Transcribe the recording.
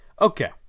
Okay